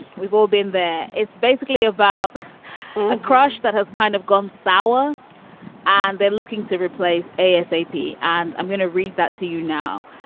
we've all been there it's basically about a crush that has kind of gone sour and they're looking to replace a s a p. and i'm going to read that to you now.